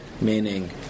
meaning